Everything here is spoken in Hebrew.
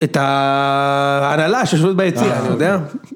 את ההנהלה שישבו ביציע, אני יודע?